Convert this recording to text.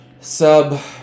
sub